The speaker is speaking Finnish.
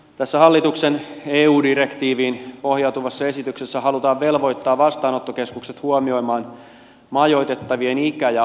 tässä eu direktiiviin pohjautuvassa hallituksen esityksessä halutaan velvoittaa vastaanottokeskukset huomioimaan majoitettavien ikä ja sukupuoli